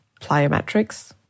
plyometrics